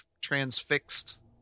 transfixed